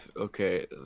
Okay